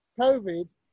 covid